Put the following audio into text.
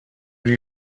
die